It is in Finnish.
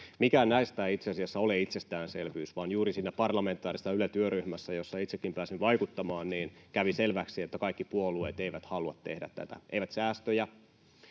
Mikään näistä ei itse asiassa ole itsestäänselvyys, vaan juuri siinä parlamentaarisessa Yle-työryhmässä, jossa itsekin pääsin vaikuttamaan, kävi selväksi, että kaikki puolueet eivät halua tehdä tätä: eivät säästöjä,